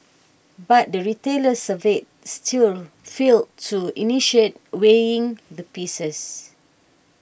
but the retailers surveyed still failed to initiate weighing the pieces